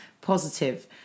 positive